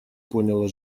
поняла